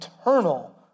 eternal